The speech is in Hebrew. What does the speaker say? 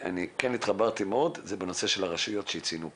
אני כן התחברתי מאוד בנושא של הרשויות שציינו פה.